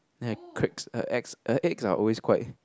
ya cracks her eggs her eggs are always quite